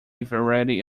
variety